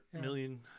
million